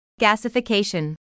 gasification